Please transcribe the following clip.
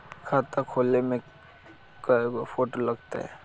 खाता खोले में कइगो फ़ोटो लगतै?